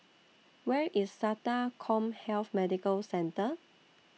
Where IS Sata Commhealth Medical Centre